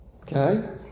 Okay